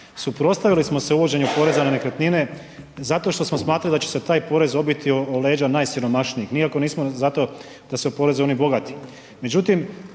Suprotstavili smo se uvođenju poreza na nekretnine zato što smo smatrali da će se taj porez odbiti o leđa najsiromašnijih. Nikako nismo za to da se oporezuju oni bogati.